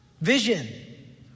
vision